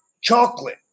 chocolate